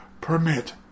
permit